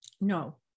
No